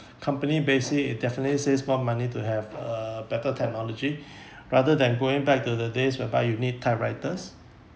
company basis it definitely saves more money to have uh better technology rather than going back to the days whereby you need typewriters